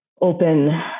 open